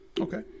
okay